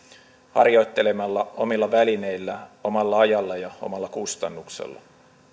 harjoittelemalla omilla välineillä omalla ajalla ja omalla kustannuksella